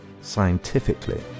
scientifically